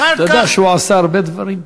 אחר כך, אתה יודע שהוא עשה הרבה דברים?